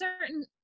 certain